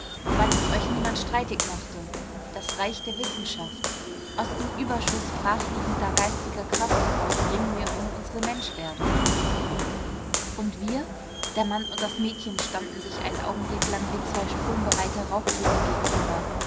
weil es euch niemand streitig machte das reich der wissenschaft aus dem überschuß brachliegender geistiger kraft heraus ringen wir um unsere menschwerdung und wir der mann und das mädchen standen sich einen augenblick lang wie zwei sprungbereite raubtiere gegenüber